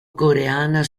coreana